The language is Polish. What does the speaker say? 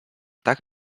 tak